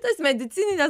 tas medicinines